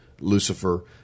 Lucifer